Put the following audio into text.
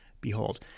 behold